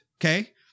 okay